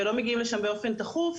ולא מגיעים לשם באופן תכוף,